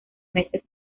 meses